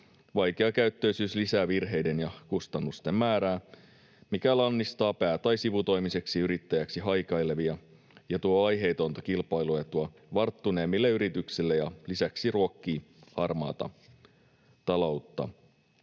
Vaikeakäyttöisyys lisää virheiden ja kustannusten määrää, mikä lannistaa pää- tai sivutoimiseksi yrittäjäksi haikailevia ja tuo aiheetonta kilpailuetua varttuneemmille yrityksille ja lisäksi ruokkii harmaata taloutta.